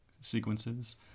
sequences